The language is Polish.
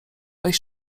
weź